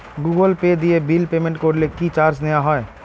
Google Pay দিয়ে bill payment করলে কি চার্জ নেওয়া হয়?